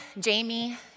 Jamie